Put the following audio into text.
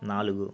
నాలుగు